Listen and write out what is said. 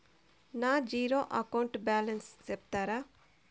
నా zero account balance సెప్తారా?